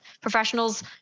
professionals